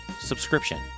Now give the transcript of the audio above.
subscription